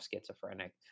schizophrenic